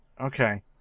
Okay